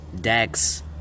Dax